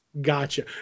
gotcha